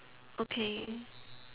okay